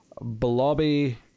Blobby